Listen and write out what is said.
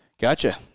Gotcha